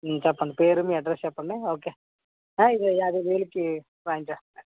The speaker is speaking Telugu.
చెప్పండి పేరు మీ అడ్రస్ చెప్పండి ఓకే ఇదిగో యాబైవేలుకి రాయించేస్తా